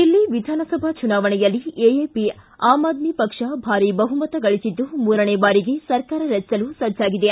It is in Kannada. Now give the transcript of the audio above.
ದಿಲ್ಲಿ ವಿಧಾನಸಭಾ ಚುನಾವಣೆಯಲ್ಲಿ ಎಎಪಿ ಆಮ್ ಆದ್ಮಿ ಪಕ್ಷ ಭಾರೀ ಬಹುಮತ ಗಳಿಸಿದ್ದು ಮೂರನೇ ಬಾರಿಗೆ ಸರ್ಕಾರ ರಚಿಸಲು ಸಜ್ವಾಗಿದೆ